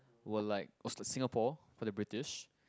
were like was like Singapore for the British